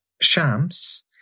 Shams